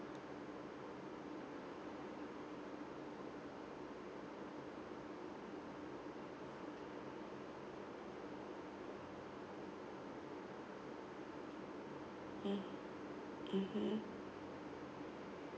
mm mmhmm